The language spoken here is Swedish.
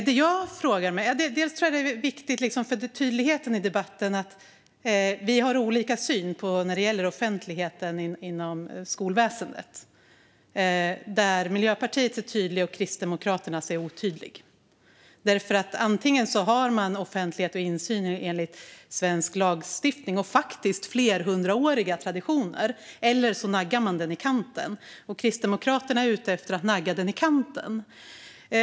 Herr talman! För tydligheten i debatten tror jag att det är viktigt att säga att vi har olika syn när det gäller offentligheten inom skolväsendet. Miljöpartiets syn är tydlig, och Kristdemokraternas är otydlig. Antingen har man offentlighet och insyn enligt svensk lagstiftning och faktiskt flera hundra år gamla traditioner, eller så naggar man den i kanten. Kristdemokraterna är ute efter att nagga den i kanten.